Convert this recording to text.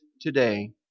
today